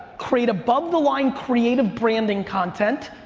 create above the line creative branding content,